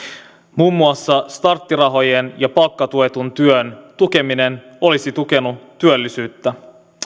muun muassa starttirahojen ja palkkatuetun työn tukeminen olisi tukenut työllisyyttä